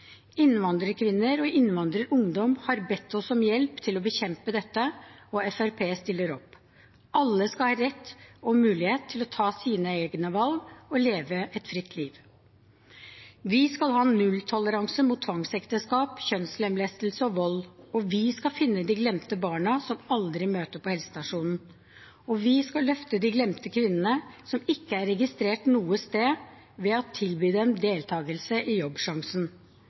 Innvandrerkvinner og innvandrerungdom har bedt oss om hjelp til å bekjempe dette, og Fremskrittspartiet stiller opp. Alle skal ha rett og mulighet til å ta sine egne valg og leve et fritt liv. Vi skal ha nulltoleranse mot tvangsekteskap, kjønnslemlestelse og vold, og vi skal finne de glemte barna som aldri møter på helsestasjonen. Vi skal løfte de glemte kvinnene som ikke er registrert noe sted, ved å tilby dem deltagelse i Jobbsjansen.